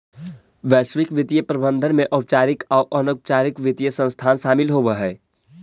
वैश्विक वित्तीय प्रबंधन में औपचारिक आउ अनौपचारिक वित्तीय संस्थान शामिल होवऽ हई